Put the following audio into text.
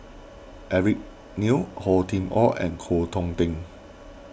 Eric Neo Hor Chim or and Koh Hong Teng